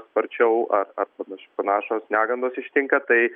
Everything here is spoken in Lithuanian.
sparčiau ar ar panaš panašios negandos ištinka tai